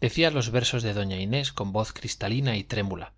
decía los versos de doña inés con voz cristalina y trémula